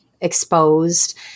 exposed